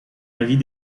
avis